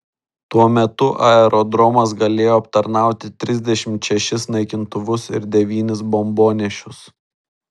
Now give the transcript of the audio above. tuo metu aerodromas galėjo aptarnauti trisdešimt šešis naikintuvus ir devynis bombonešius